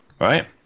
right